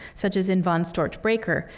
such as in von storch breaker.